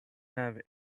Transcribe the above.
have